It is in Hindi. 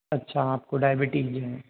अच्छा आपको डायबिटीज़ है